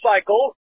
cycle